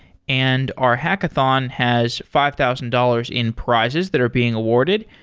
and our hackathon has five thousand dollars in prizes that are being awarded.